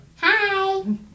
Hi